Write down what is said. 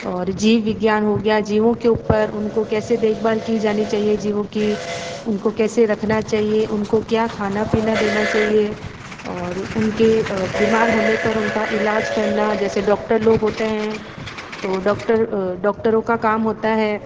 और जीव विज्ञान हो गया जिवों के ऊपर उनको कैसे देखभाल की जानी चाहिए जीवों की उनको कैसे रखना चाहिए उनको क्या खाना पीना देना चाहिए और उन के बीमार होने पर उनका इलाज करना जैसे डॉक्टर लोग होते हैं तो डॉक्टर डॉक्टरों का काम होता है